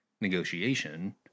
negotiation